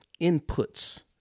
inputs